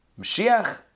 Mashiach